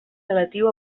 relatiu